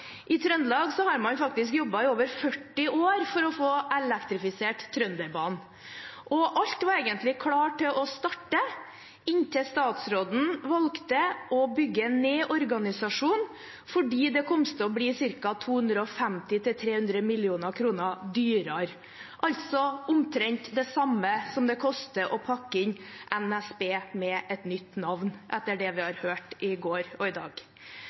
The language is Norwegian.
i Trøndelag. I Trøndelag har man faktisk jobbet i over 40 år for å få elektrifisert Trønderbanen. Og alt var egentlig klart til å starte, inntil statsråden valgte å bygge ned organisasjonen, fordi det kom til å bli ca. 250 mill.–300 mill. kr dyrere – altså omtrent det samme som det koster å pakke inn NSB med et nytt navn, etter det vi har hørt i går og i dag.